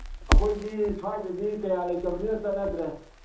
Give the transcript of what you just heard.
ꯑꯩꯈꯣꯏꯗꯤ ꯁ꯭ꯋꯥꯏꯗꯗꯤ ꯀꯌꯥ ꯂꯩꯇꯕꯅꯤꯅ ꯆꯠꯅꯗ꯭ꯔꯦ